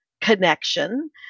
connection